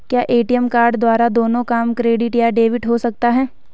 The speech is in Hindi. क्या ए.टी.एम कार्ड द्वारा दोनों काम क्रेडिट या डेबिट हो सकता है?